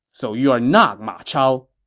so you're not ma chao.